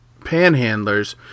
panhandlers